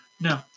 No